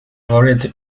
variety